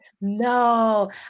No